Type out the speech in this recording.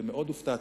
מאוד הופתעתי.